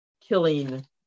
killing